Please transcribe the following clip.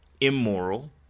immoral